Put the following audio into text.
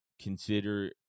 consider